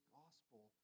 gospel